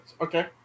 okay